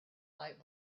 light